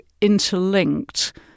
interlinked